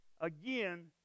again